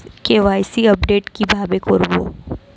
KYC update কি ভাবে করবো?